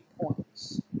points